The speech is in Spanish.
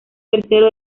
tercero